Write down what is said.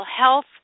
health